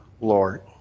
Lord